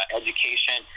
education